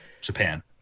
Japan